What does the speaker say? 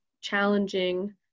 challenging